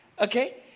Okay